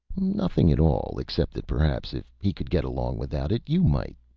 nothing at all except that perhaps if he could get along without it you might,